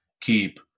keep